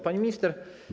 Pani Minister!